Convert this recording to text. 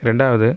ரெண்டாவது